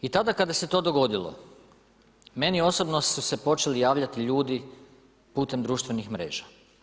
I tada kada se to dogodio, meni osobno su se počeli javljati ljudi putem društvenih mreža.